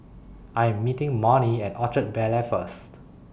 I Am meeting Marnie At Orchard Bel Air First